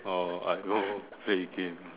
or I will play game